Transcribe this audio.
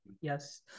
Yes